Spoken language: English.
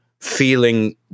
feeling